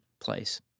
place